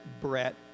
Brett